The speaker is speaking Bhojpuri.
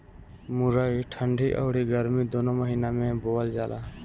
मुरई ठंडी अउरी गरमी दूनो महिना में बोअल जाला